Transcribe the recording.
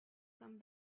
come